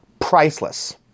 priceless